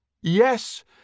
Yes